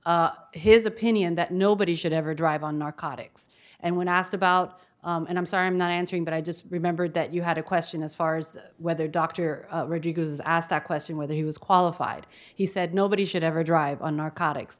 his opinion that nobody should ever drive on narcotics and when asked about and i'm sorry i'm not answering but i just remembered that you had a question as far as whether dr rodriguez was asked that question whether he was qualified he said nobody should ever drive on narcotics